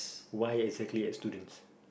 why exactly ex students